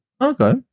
Okay